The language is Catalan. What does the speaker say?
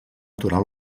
aturar